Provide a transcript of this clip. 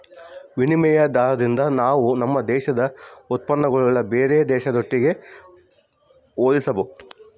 ವಿನಿಮಯ ದಾರದಿಂದ ನಾವು ನಮ್ಮ ದೇಶದ ಉತ್ಪನ್ನಗುಳ್ನ ಬೇರೆ ದೇಶದೊಟ್ಟಿಗೆ ಹೋಲಿಸಬಹುದು